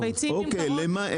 הן נמכרות